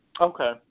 Okay